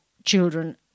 children